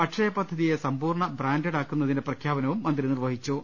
അക്ഷയ പദ്ധതിയെ സമ്പൂർണ ബ്രാന്റഡ് ആക്കു ന്നതിന്റെ പ്രഖ്യാപനവും മന്ത്രി നിർവഹിച്ചു